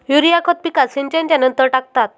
urea खत पिकात सिंचनच्या नंतर टाकतात